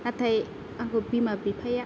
नाथाय आंखौ बिमा बिफाया